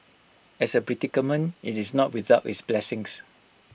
as A predicament IT is not without its blessings